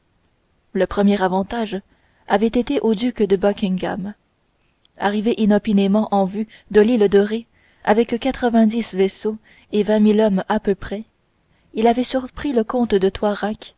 le premier avantage avait été au duc de buckingham arrivé inopinément en vue de l'île de ré avec quatre-vingt-dix vaisseaux et vingt mille hommes à peu près il avait surpris le comte de